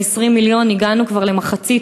מ-20 מיליון הגענו כבר למחצית,